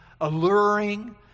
Alluring